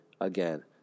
again